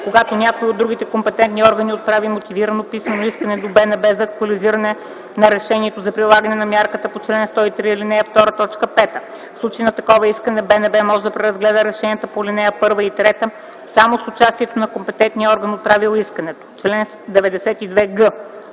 когато някой от другите компетентни органи отправи мотивирано писмено искане до БНБ за актуализиране на решението за прилагане на мярката по чл. 103, ал. 2, т. 5. В случай на такова искане БНБ може да преразгледа решенията по ал. 1 и 3 само с участието на компетентния орган, отправил искането. Чл. 92г.